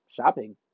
Shopping